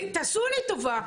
תעשו לי טובה,